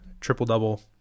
triple-double